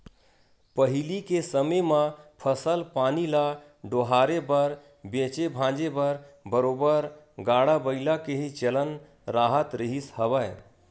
पहिली के समे म फसल पानी ल डोहारे बर बेंचे भांजे बर बरोबर गाड़ा बइला के ही चलन राहत रिहिस हवय